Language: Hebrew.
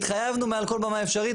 התחייבנו מעל כל במה אפשרית,